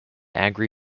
agri